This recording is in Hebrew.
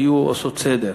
היו עושות סדר.